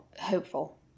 hopeful